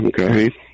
Okay